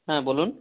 হ্যাঁ বলুন